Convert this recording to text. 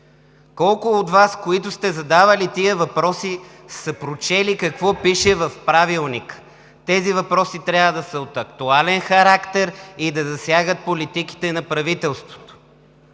колко от Вас, които сте задавали тези въпроси, са прочели какво пише в Правилника? Тези въпроси трябва да са от актуален характер и да засягат политиките на правителството.